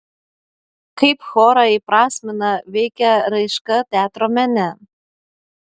kaip chorą įprasmina veikia raiška teatro mene